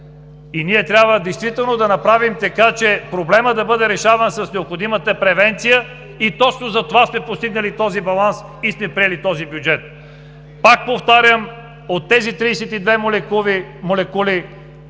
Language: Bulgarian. Ние трябва действително да направим така, че проблемът да бъде решаван с необходимата превенция и точно затова сме постигнали този баланс и сме приели този бюджет! Пак повтарям: от тези 32 молекули